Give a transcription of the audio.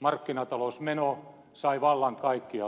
markkinatalousmeno sai vallan kaikkialla